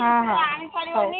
ହଁ ହଁ ହଉ